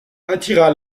attira